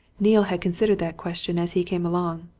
neale had considered that question as he came along.